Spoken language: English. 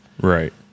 Right